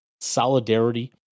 solidarity